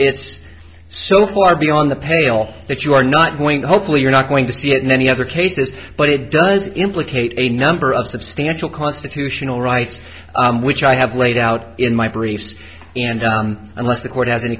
it's so far beyond the pale that you are not going to hopefully you're not going to see it in any other cases but it does implicate a number of substantial constitutional rights which i have laid out in my briefs and unless the court has any